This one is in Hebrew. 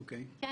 כן.